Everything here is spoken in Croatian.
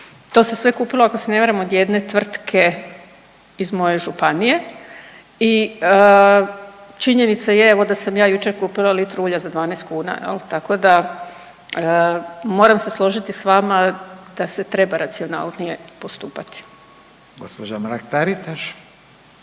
to se sve kupilo ako se ne varam od jedne tvrtke iz moje županije i činjenica je evo da sam ja jučer kupila litru ulja za 12 kuna jel, tako da moram se složiti s vama da se treba racionalnije postupati. **Radin, Furio